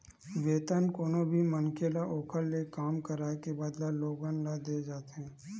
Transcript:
वेतन कोनो भी मनखे ल ओखर ले काम कराए के बदला लोगन ल देय जाथे